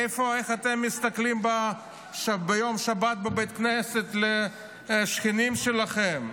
איך אתם מסתכלים ביום שבת בבית כנסת על השכנים שלכם,